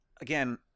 again